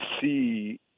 see